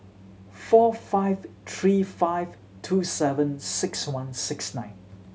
four five three five two seven six one six nine